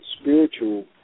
spiritual